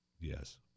Yes